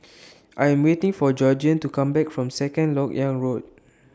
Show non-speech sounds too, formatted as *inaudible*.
*noise* I Am waiting For Georgiann to Come Back from Second Lok Yang Road